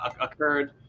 occurred